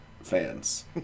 fans